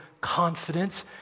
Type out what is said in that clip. confidence